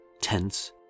tense